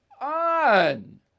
on